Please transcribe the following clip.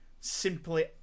simply